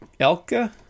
Elka